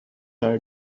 are